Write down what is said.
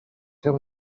tell